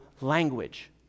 language